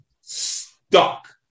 stuck